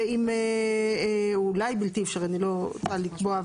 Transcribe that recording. ועם, אולי בלתי אפשרי, אני לא יכולה לקבוע.